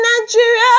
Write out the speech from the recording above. Nigeria